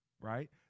Right